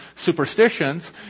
superstitions